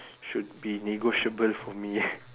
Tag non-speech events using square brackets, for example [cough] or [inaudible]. should be negotiable for me ah [laughs]